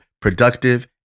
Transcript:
productive